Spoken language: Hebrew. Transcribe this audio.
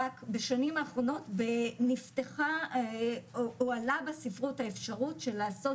רק בשנים האחרונות נפתחה או עלה בספרות האפשרות של לעשות